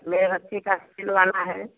मेरा का सिलवाना है